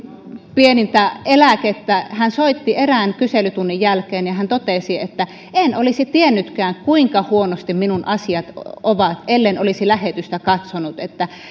pienintä eläkettä soitti erään kyselytunnin jälkeen ja totesi että en olisi tiennytkään kuinka huonosti minun asiat ovat ellen olisi lähetystä katsonut että